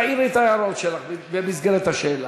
תעירי את ההערות שלך במסגרת השאלה.